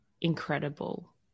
incredible